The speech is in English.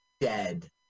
Dead